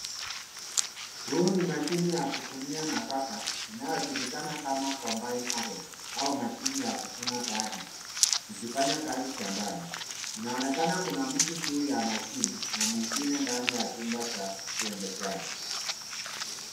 Huu ni mashine ya kuvunia nafaka inayojulikana kama combined harvester au mashini ya kuvuna baadhi ikifanya kazi shambani. Inaonekana kuna mtu juu ya mashini na mwingine ndani ya chumba cha uendeshaji.